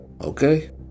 okay